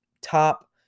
top